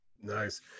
Nice